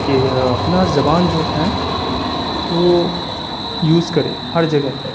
کہ اپنا زبان جو ہے ایں وہ یوز کرے ہر جگہ پہ